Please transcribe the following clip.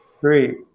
Three